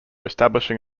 establishing